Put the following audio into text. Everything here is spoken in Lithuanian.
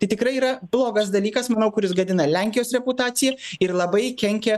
tai tikrai yra blogas dalykas manau kuris gadina lenkijos reputaciją ir labai kenkia